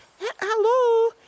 Hello